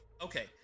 okay